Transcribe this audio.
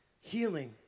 healing